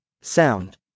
Sound